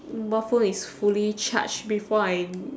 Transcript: mobile phone is fully charged before I